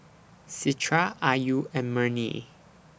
Citra Ayu and Murni